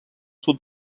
sud